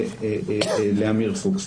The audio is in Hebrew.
לעמיר פוקס.